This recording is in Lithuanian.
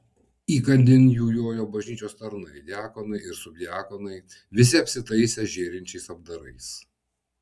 įkandin jų jojo bažnyčios tarnai diakonai ir subdiakonai visi apsitaisę žėrinčiais apdarais